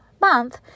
month